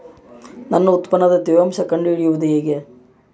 ನನ್ನ ಉತ್ಪನ್ನದ ತೇವಾಂಶ ಕಂಡು ಹಿಡಿಯುವುದು ಹೇಗೆ?